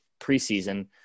preseason